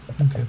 Okay